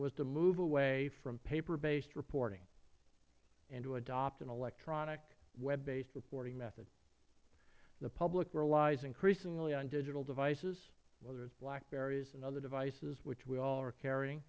was to move away from paper based reporting and to adopt an electronic web based reporting method the public relies increasingly on digital devices whether it is blackberrys and other devices which we all are carrying